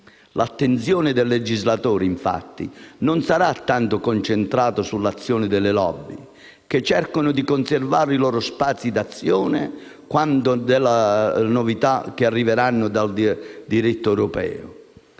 L'attenzione del legislatore, infatti, non sarà tanto concentrata sull'azione delle *lobby* che cercano di conservare i loro spazi d'azione, quanto dalle novità che arriveranno dal diritto europeo.